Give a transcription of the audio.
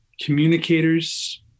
communicators